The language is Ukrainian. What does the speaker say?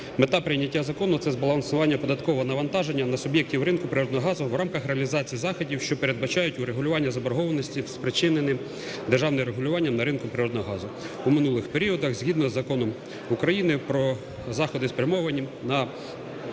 Мета прийняття закону – це збалансування податкового навантаження на суб'єктів ринку природного газу в рамках реалізації заходів, що передбачають врегулювання заборгованості, спричиненим державним регулюванням на ринку природного газу у минулих періодах згідно Закону України "Про заходи, спрямовані на